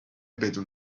بدون